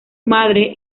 madre